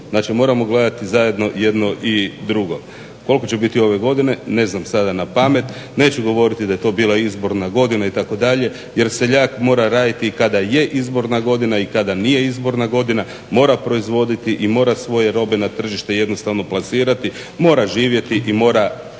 Znači moramo gledati zajedno jedno i drugo. Koliko će biti ove godine, ne znam sada na pamet. Neću sada govoriti da je to bila izborna godina itd. jer seljak mora raditi i kada je izborna godina i kada nije izborna godina, mora proizvoditi i mora svoje robe na tržište jednostavno plasirati, mora živjeti i mora